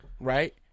right